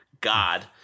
god